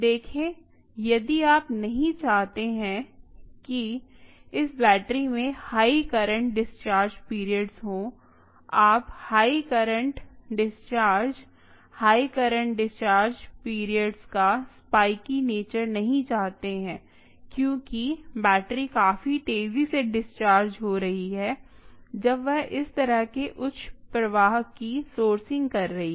देखें यदि आप नहीं चाहते हैं कि इस बैटरी में हाई करंट डिस्चार्ज पीरियड्स हो आप high current discharge high current discharge periods का स्पाईकी नेचर नहीं चाहते हैं क्योंकि बैटरी काफी तेजी से डिस्चार्ज हो रही है जब वह इस तरह के उच्च प्रवाह की सोर्सिंग कर रही है